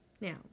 Now